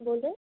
বলুন